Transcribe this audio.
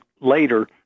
later